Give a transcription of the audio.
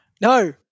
No